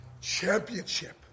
championship